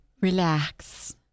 Relax